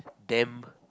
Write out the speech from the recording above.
damn